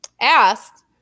asked